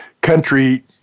country